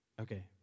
Okay